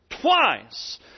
twice